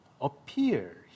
appear